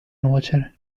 nuocere